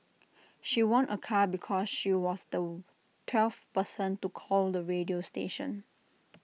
she won A car because she was the twelfth person to call the radio station